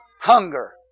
hunger